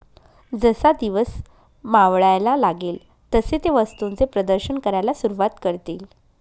जसा दिवस मावळायला लागेल तसे ते वस्तूंचे प्रदर्शन करायला सुरुवात करतील